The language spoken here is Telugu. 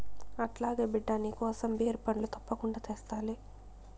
అట్లాగే బిడ్డా, నీకోసం బేరి పండ్లు తప్పకుండా తెస్తాలే